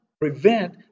prevent